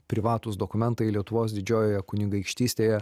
privatūs dokumentai lietuvos didžiojoje kunigaikštystėje